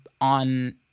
on